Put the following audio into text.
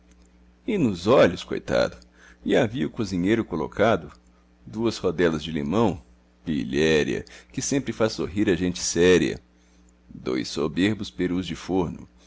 nos olhos coitado lhe havia o cozinheiro colocado duas rodelas de limão pilhéria que sempre faz sorrir a gente séria dois soberbos perus de forno